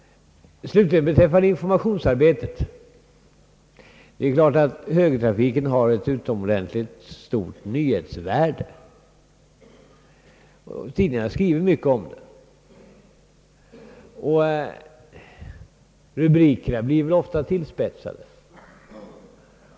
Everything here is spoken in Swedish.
Beträffande informationsarbetet är det klart att högertrafiken har ett utomordentligt stort nyhetsvärde. Tidningarna skriver mycket om den, rubrikerna blir väl ofta tillspetsade.